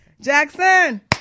Jackson